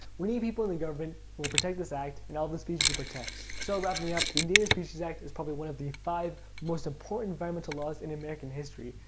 we need people in government who will protect this act and all of the species it protects. so, wrapping it up, the endangered species act is probably one of the five most important environmental laws in american history.